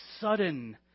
sudden